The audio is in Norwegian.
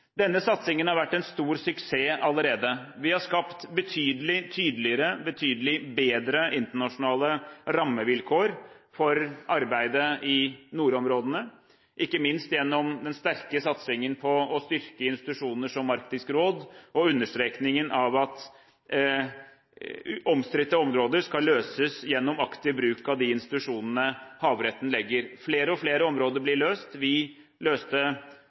Denne satsingen har vært en stor suksess allerede. Vi har skapt betydelig tydeligere og betydelig bedre internasjonale rammevilkår for arbeidet i nordområdene, ikke minst gjennom den sterke satsingen på å styrke institusjoner som Arktisk Råd og gjennom å understreke at omstridte områder skal løses gjennom aktiv bruk av de institusjonene havretten har. Flere og flere områder blir løst. Vi